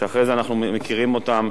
שאחרי זה אנחנו מכירים אותם